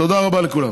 תודה רבה לכולם.